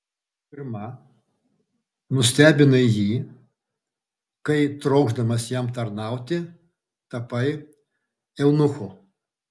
pirma nustebinai jį kai trokšdamas jam tarnauti tapai eunuchu